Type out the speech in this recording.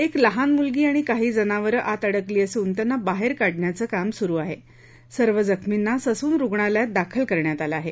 एक लहान मुलगी आणि काही जनावरं आत अडकली असून त्यांना बाहेर काढण्याचं काम सुरू आहे सर्व जखमींना ससून रूग्णालयात दाखल करण्यात आलं आहे